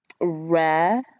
rare